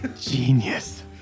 genius